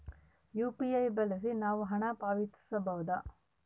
UPI ಬಳಸಿ ನಾವು ಹಣ ಪಾವತಿಸಬಹುದಾ?